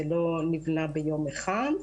זה לא נבנה ביום אחד.